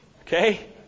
Okay